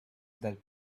that